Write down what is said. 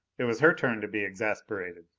it was her turn to be exasperated.